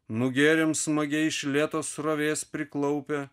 nugėrėm smagiai iš lėtos srovės priklaupę